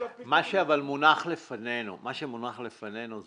מה שמונח לפנינו זה